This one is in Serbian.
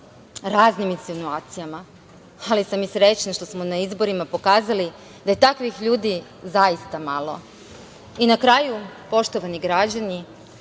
raznim insinuacijama, ali sam i srećna što smo na izborima pokazali da je takvih ljudi zaista malo. Na kraju, poštovani građani,